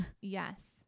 Yes